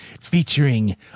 featuring